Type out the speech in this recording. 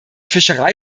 fischerei